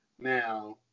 now